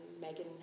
Megan